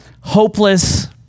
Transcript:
hopeless